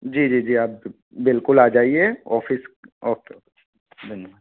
जी जी जी आप बिल्कुल आ जाइए office okay okay ठीक धन्यवाद